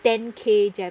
ten K jam